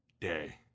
day